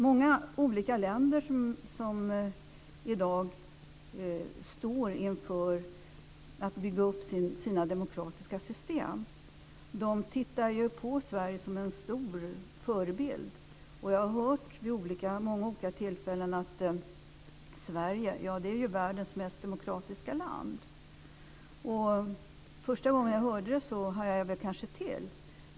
Många olika länder som i dag står inför att bygga upp sina demokratiska system tittar på Sverige som en stor förebild. Jag har vid många olika tillfällen hört: Sverige, ja det är ju världens mest demokratiska land. Första gången jag hörde det hajade jag kanske till.